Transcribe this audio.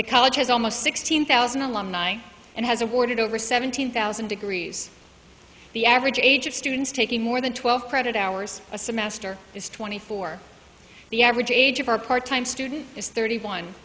the college has almost sixteen thousand alumni and has awarded over seventeen thousand degrees the average age of students taking more than twelve credit hours a semester is twenty four the average age of our part time student is thirty one